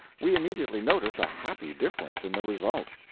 we immediately notice a happy difference in the result.